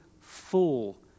full